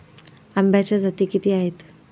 आंब्याच्या जाती किती आहेत?